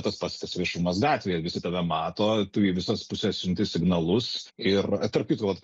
tas pats kas viešumas gatvėje visi tave mato tu į visas puses siunti signalus ir tarp kitko vat